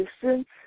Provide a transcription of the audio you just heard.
distance